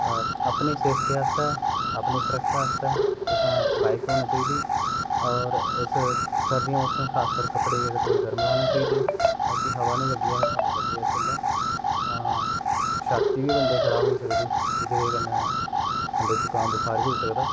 अपनी सेफ्टी आस्तै अपनी सुरक्षा आस्तै तुसें बाइक होना चाहिदी और इस सर्दियां मौसम खास करियै कपड़े जेह्ड़े थोह्ड़े गर्म लाने चाहिदे ताकि हवा नी लग्गी जा हवा लग्गे जिस बेल्ले तां छाती बी बंदे दी खराब होई सकदी ओह्दी वजह कन्नै बंदे गी जकाम बुखार बी होई सकदा